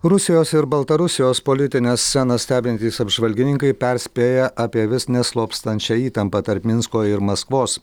rusijos ir baltarusijos politinę sceną stebintys apžvalgininkai perspėja apie vis neslopstančią įtampą tarp minsko ir maskvos